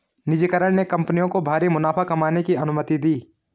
निजीकरण ने कंपनियों को भारी मुनाफा कमाने की अनुमति दी